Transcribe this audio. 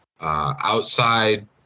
outside